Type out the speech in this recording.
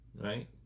Right